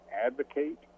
advocate